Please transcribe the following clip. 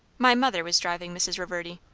my mother was driving, mrs. reverdy.